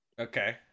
okay